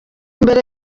mbere